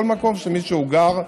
בכל מקום שמישהו מכם גר,